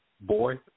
boy